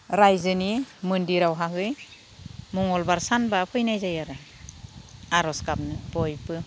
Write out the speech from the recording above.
रायजोनि मन्दिरावहाहै मगंलबार सानब्ला फैनाय जायो आरो आरज गाबनो बयबो